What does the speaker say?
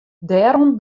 dêrom